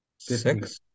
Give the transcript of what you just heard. Six